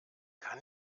kann